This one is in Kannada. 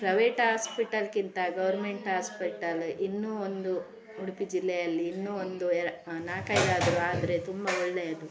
ಪ್ರೈವೇಟ್ ಆಸ್ಪಿಟಲ್ಕ್ಕಿಂತ ಗೌರ್ಮೆಂಟ್ ಆಸ್ಪೆಟಲ್ಲು ಇನ್ನು ಒಂದು ಉಡುಪಿ ಜಿಲ್ಲೆಯಲ್ಲಿ ಇನ್ನು ಒಂದು ಎರ ನಾಲ್ಕೈದಾದ್ರೂ ಆದರೆ ತುಂಬ ಒಳ್ಳೆಯದು